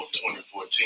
2014